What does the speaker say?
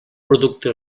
producte